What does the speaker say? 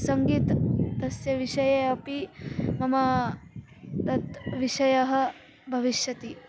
सङ्गीतं तस्य विषये अपि मम तत् विषयः भविष्यति